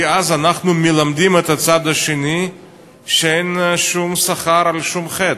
כי אז אנחנו מלמדים את הצד השני שאין שום מחיר על שום חטא.